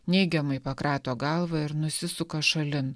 neigiamai pakrato galvą ir nusisuka šalin